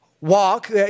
walk